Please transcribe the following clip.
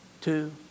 two